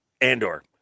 Andor